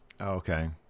Okay